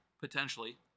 potentially